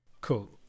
Cool